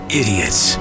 idiots